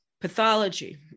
pathology